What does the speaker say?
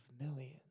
millions